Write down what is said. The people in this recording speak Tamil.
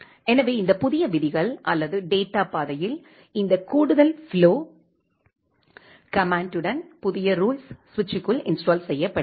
எனவே இந்த புதிய விதிகள் அல்லது டேட்டா பாதையில் இந்த கூடுதல் ஃப்ளோ கமெண்ட்யுடன் புதிய ரூல்ஸ் சுவிட்சுக்குள் இன்ஸ்டால் செய்யப்படுகிறது